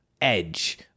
Edge